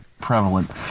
Prevalent